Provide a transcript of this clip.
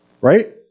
right